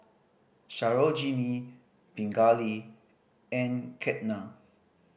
Sarojini Pingali and Ketna